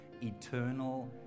eternal